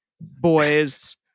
boys